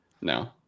No